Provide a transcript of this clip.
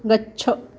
गच्छ